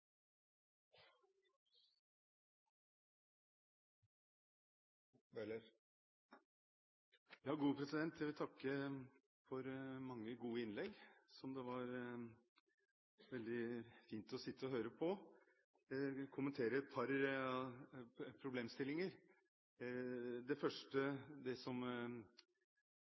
vil takke for mange gode innlegg som det var veldig fint å sitte og høre på. Jeg vil kommentere et par problemstillinger. Det første er det som